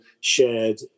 shared